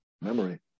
memory